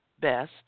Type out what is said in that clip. best